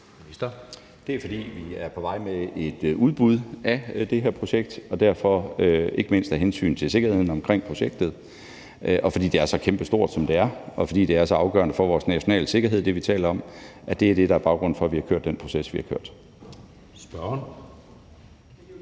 Det er, fordi vi er på vej med et udbud af det her projekt. Derfor er det sådan, ikke mindst af hensyn til sikkerheden omkring projektet, og fordi det er så kæmpestort, som det er, og fordi det, vi taler om, er så afgørende for vores nationale sikkerhed. Det er det, der er baggrunden for, at vi har kørt den proces, vi har gjort.